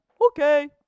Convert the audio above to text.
okay